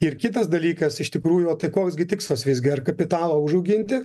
ir kitas dalykas iš tikrųjų tai koks gi tikslas visgi ar kapitalą užauginti